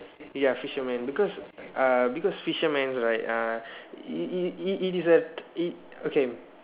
ya fisherman because uh because fisherman right uh it it it is a it okay